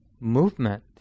movement